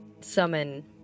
summon